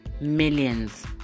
millions